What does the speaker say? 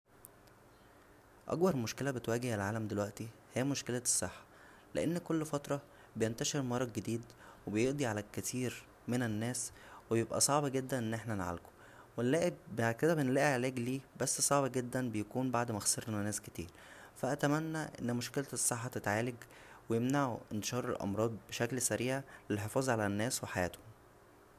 اكبر مشكله بتواجه العالم دلوقتى هى مشكلة الصحه لان كل فتره بينتشر مرض جديد و بيقضى على كتير من الناس و بيبقى صعب جدا ان احنا نعالجه ونلاج- بعد كدا بنلاقى علاج ليه بس صعب جدا بيكون بعد ما خسرنا ناس كتير فا اتمنى ان مشكلة الصحه تتعالج و يمنعو انتشار الامراض بشكل سريع للحفاظ على الناس وحياتهم